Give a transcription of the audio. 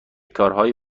کارهای